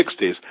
1960s